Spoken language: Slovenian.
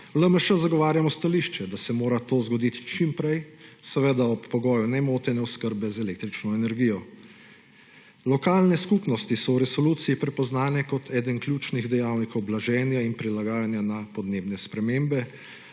V LMŠ zagovarjamo stališče, da se mora to zgoditi čim prej, seveda ob pogoju nemotene oskrbe z električno energijo. Lokalne skupnosti so v resoluciji prepoznane kot eden ključnih dejavnikov blaženja in prilagajanja na podnebne spremembe,